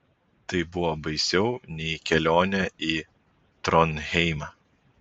tai buvo baisiau nei kelionė į tronheimą